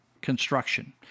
Construction